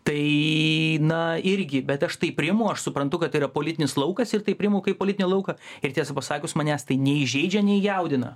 tai na irgi bet aš tai priimu aš suprantu kad tai yra politinis laukas ir tai priimu kaip politinį lauką ir tiesą pasakius manęs tai nei įžeidžia nei jaudina